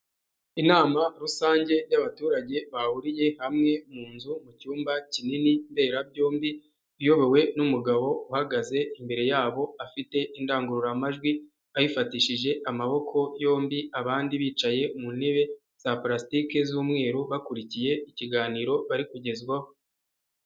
Inama rusange y'abaturage bahuriye hamwe mu nzu mu cyumba kinini mberabyombi, iyobowe n'umugabo uhagaze imbere yabo afite indangururamajwi ayifatishije amaboko yombi, abandi bicaye mu ntebe za palasitiki z'umweru bakurikiye ikiganiro bari kugezwaho.